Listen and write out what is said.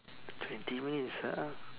twenty minutes ah